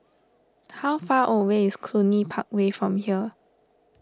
how far away is Cluny Park Way from here